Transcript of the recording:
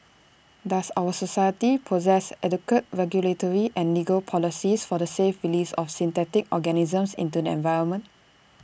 does our society possess adequate regulatory and legal policies for the safe release of synthetic organisms into the environment